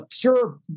pure